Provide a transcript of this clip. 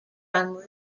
from